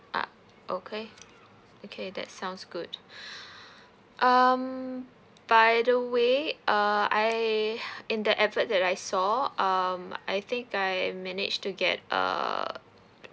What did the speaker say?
ah okay okay that sounds good um by the way err I in that effort that I saw um I think I manage to get err